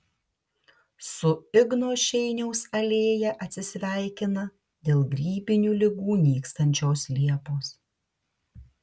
su igno šeiniaus alėja atsisveikina dėl grybinių ligų nykstančios liepos